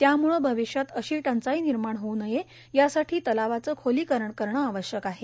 त्यामूळं भविष्यात अशी टंचाई निर्माण होऊ नये यासाठी तलावाचं खोलीकरण करणं आवश्यक आहे